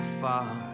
far